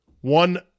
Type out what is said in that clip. One